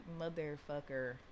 motherfucker